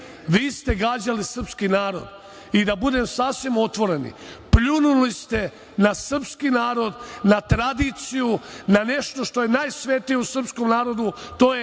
vi ste gađali srpski narod. Da budemo sasvim otvoreni, pljunuli ste na srpski narod, na tradiciju, na nešto što je najsvetije u srpskom narodu,